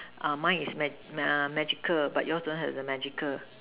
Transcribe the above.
uh mine is magic uh magical but yours don't have the magical